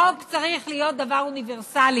חוק צריך להיות דבר אוניברסלי,